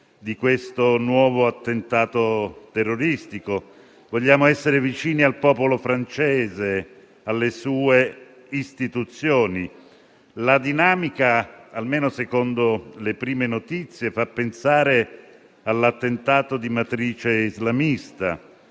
di questo nuovo attentato terroristico. Vogliamo essere vicini al popolo francese e alle sue istituzioni. La dinamica, almeno secondo le prime notizie, fa pensare a un attentato di matrice islamista,